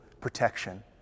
protection